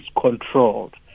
controlled